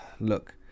look